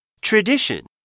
Tradition